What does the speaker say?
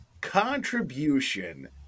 contribution